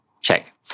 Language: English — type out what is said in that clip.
check